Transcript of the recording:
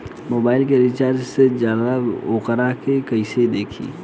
Mobile में recharge हो जाला त वोकरा के कइसे देखी?